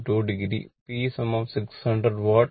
2 o P600 what